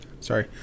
sorry